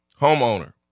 homeowner